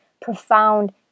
profound